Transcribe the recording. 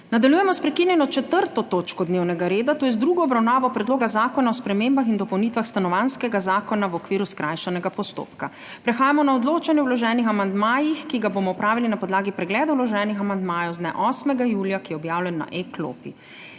Nadaljujemo s **prekinjeno 4. točko dnevnega reda, to je z drugo obravnavo Predloga zakona o spremembah in dopolnitvah Stanovanjskega zakona v okviru skrajšanega postopka.** Prehajamo na odločanje o vloženih amandmajih, ki ga bomo opravili na podlagi pregleda vloženih amandmajev z dne 8. julija, ki je objavljen na e-klopi.